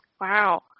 Wow